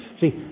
See